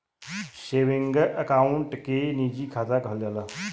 सेवींगे account के निजी खाता कहल जाला